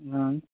हँ